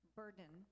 burden